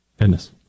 Goodness